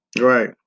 Right